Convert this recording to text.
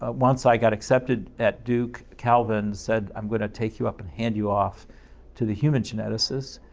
ah once i got accepted at duke, calvin said, i'm going to take you up and hand you off to the human geneticists.